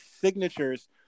signatures